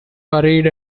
buried